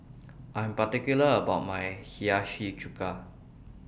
I Am particular about My Hiyashi Chuka